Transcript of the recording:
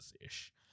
ish